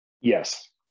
Yes